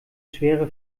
schwere